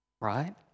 right